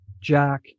jack